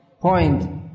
point